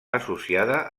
associada